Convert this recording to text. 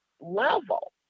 level